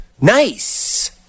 Nice